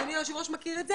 אדוני היושב ראש מכיר את זה,